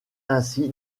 ainsi